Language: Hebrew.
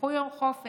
לקחו יום חופש